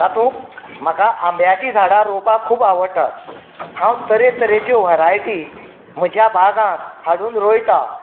तातूंत म्हाका आंब्याची झाडां रोंवपाक खूब आवडटा हांव तरे तरेच्यो वरायटी म्हज्या बागांत हाडून रोयता